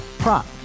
prop